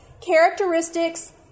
characteristics